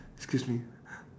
excuse me